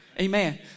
Amen